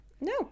no